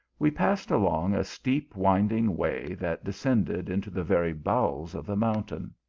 we passed along a steep winding way that descended into the very bowels of the mountain.